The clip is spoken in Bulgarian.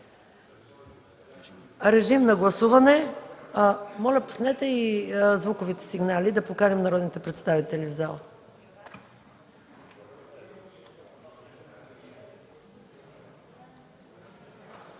Режим на гласуване!